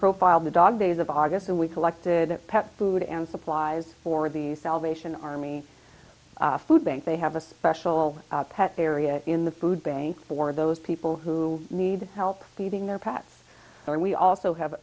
profiled the dog days of august and we collected pet food and supplies for the salvation army food bank they have a special pet area in the food bank for those people who need help feeding their pets and we also have